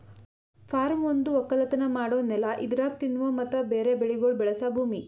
form ಒಂದು ಒಕ್ಕಲತನ ಮಾಡೋ ನೆಲ ಇದರಾಗ್ ತಿನ್ನುವ ಮತ್ತ ಬೇರೆ ಬೆಳಿಗೊಳ್ ಬೆಳಸ ಭೂಮಿ